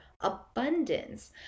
abundance